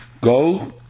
Go